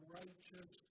righteous